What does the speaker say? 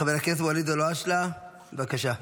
חבר הכנסת ואליד אלהואשלה, בבקשה.